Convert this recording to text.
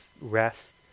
rest